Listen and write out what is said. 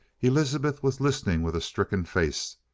elizabeth was listening with a stricken face,